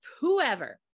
whoever